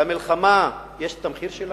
למלחמה יש המחיר שלה,